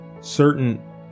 certain